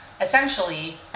essentially